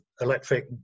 electric